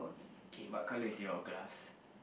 okay what color is your glass